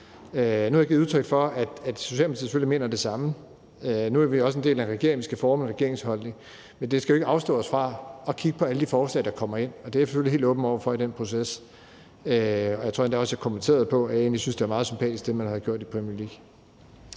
Nu har jeg givet udtryk for, at Socialdemokratiet selvfølgelig mener det samme. Men vi er også en del af en regering; vi skal forme en regeringsholdning. Det skal dog ikke afholde os fra at kigge på alle de forslag, der kommer ind, og det er vi selvfølgelig helt åbne over for i den proces. Jeg tror endda også, jeg sagde, at jeg egentlig syntes, at det, man havde gjort i Premier League,